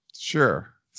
Sure